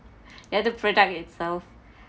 at the product itself